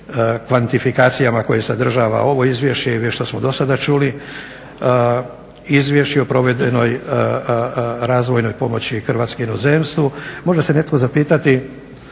kvantifikacijama koje sadržava ovo izvješće i što smo do sada čuli, izvješće o provedbenoj razvojnoj pomoći Hrvatske inozemstvu može se netko zapitati